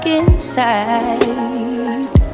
inside